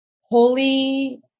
holy